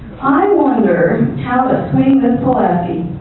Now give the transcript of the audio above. i um wonder how to swing this pulaski.